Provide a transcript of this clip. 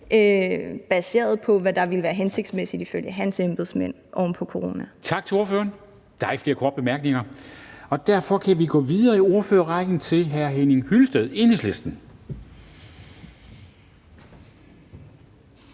baseret på, hvad der ville være hensigtsmæssigt ifølge hans embedsmænd oven på corona. Kl. 11:00 Formanden (Henrik Dam Kristensen): Tak til ordføreren. Der er ikke flere kortebemærkninger, og derfor kan vi gå videre i ordførerrækken til hr. Henning Hyllested, Enhedslisten.